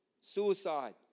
Suicide